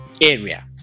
area